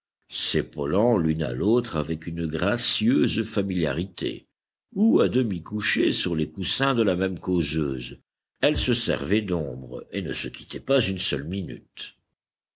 s'épaulant l'une à l'autre avec une gracieuse familiarité ou à demi couchées sur les coussins de la même causeuse elles se servaient d'ombre et ne se quittaient pas une seule minute